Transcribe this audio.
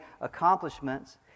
accomplishments